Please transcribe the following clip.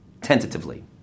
tentatively